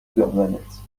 دامنت